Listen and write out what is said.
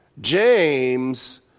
James